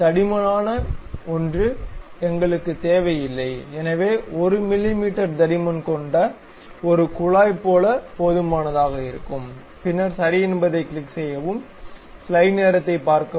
தடிமனான ஒன்று எங்களுக்குத் தேவையில்லை எனவே 1 மிமீ தடிமன் கொன்ட ஒரு குழாய் போல போதுமானதாக இருக்கும் பின்னர் சரி என்பதைக் கிளிக் செய்யவும்